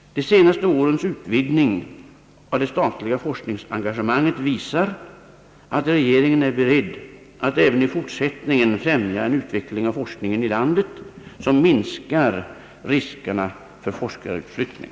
De senaste årens utvidgning av det statliga forskningsengagemanget visar, att regeringen är beredd att även i fortsättningen främja en utveckling av forskningen i landet, som minskar riskerna för forskarutflyttning.